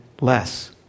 less